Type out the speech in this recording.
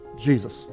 Jesus